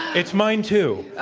it's mine, too,